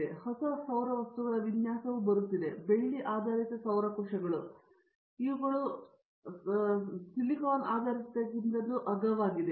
ಆದ್ದರಿಂದ ಹೊಸ ಸೌರ ವಸ್ತುಗಳ ವಿನ್ಯಾಸವು ಬರುತ್ತಿದೆ ಬೆಳ್ಳಿ ಆಧಾರಿತ ಸೌರ ಕೋಶಗಳು ಮತ್ತು ಇವುಗಳು ಇದಕ್ಕಿಂತ ಅಗ್ಗವಾಗಿವೆ